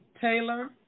Taylor